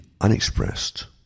unexpressed